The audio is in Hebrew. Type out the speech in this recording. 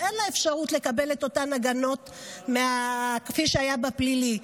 ואין לה אפשרות לקבל את אותן הגנות כפי שהיה בפלילי,